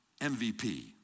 MVP